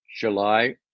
July